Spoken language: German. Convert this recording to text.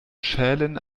schälen